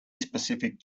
specific